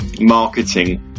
marketing